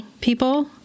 people